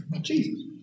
Jesus